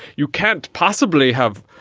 you can't possibly have,